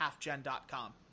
HalfGen.com